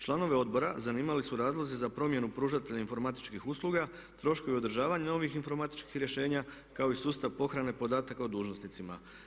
Članove Odbora zanimali su razlozi za promjenu pružatelja informatičkih usluga, troškovi održavanja ovih informatičkih rješenja kao i sustav pohrane podataka o dužnosnicima.